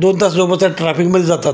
दोन तास सोबत ट्रॅाफिकमध्ये जातात